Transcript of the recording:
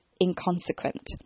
inconsequent